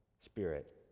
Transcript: spirit